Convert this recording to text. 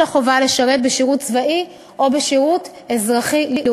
החובה לשרת בשירות צבאי או בשירות אזרחי-לאומי.